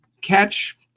catch